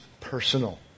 personal